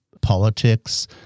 politics